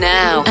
now